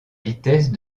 vitesse